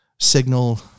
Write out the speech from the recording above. signal